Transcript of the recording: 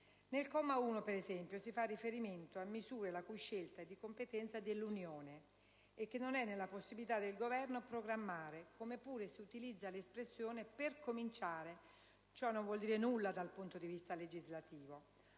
Nel comma 1, per esempio, si fa riferimento a misure la cui scelta è di competenza dell'Unione, che non è quindi nella possibilità del Governo programmare; come pure si utilizza l'espressione «per cominciare», che non vuole dire nulla dal punto di vista legislativo.